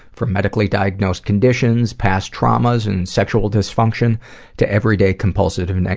from medically diagnosed conditions, past traumas and sexual dysfunction to everyday compulsive and